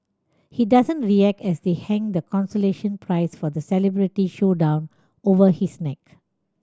he doesn't react as they hang the consolation prize for the celebrity showdown over his neck